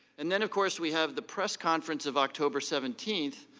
and then of course we have the press conference of october seventeen,